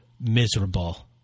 miserable